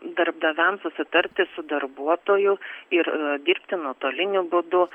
darbdaviams susitarti su darbuotoju ir dirbti nuotoliniu būdu